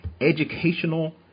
educational